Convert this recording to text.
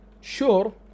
sure